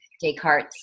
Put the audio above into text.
Descartes